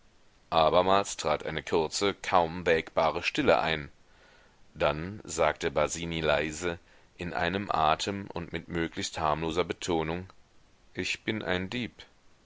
abermals trat eine kurze kaum wägbare stille ein dann sagte basini leise in einem atem und mit möglichst harmloser betonung ich bin ein dieb